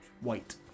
white